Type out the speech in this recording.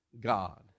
God